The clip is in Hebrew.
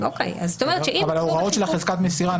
אבל ההוראות של חזקת המסירה,